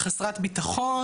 חסרת ביטחון,